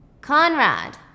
Conrad